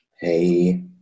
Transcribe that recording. Hey